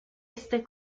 este